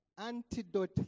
Antidote